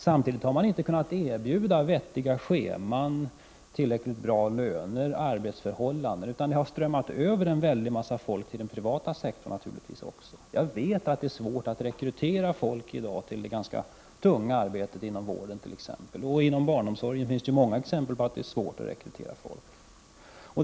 Samtidigt har man inte kunnat erbjuda vettiga scheman och tillräckligt bra löner och arbetsförhållanden, utan det har strömmat över en väldig massa folk till den privata sektorn. Jag vet att det är svårt att rekrytera folk i dag till det ganska tunga arbetet inom t.ex. vården, och inom barnomsorgen finns det många exempel på att det är svårt att rekrytera folk.